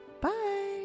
bye